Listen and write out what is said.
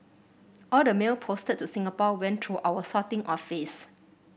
all the mail posted to Singapore went through our sorting office